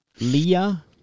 Leah